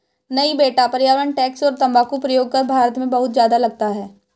नहीं बेटा पर्यावरण टैक्स और तंबाकू प्रयोग कर भारत में बहुत ज्यादा लगता है